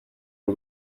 uri